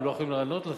הם לא יכולים לענות לך.